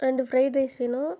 ரெண்டு fried rice வேணும்